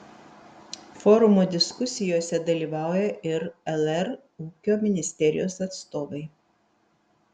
forumo diskusijose dalyvauja ir lr ūkio ministerijos atstovai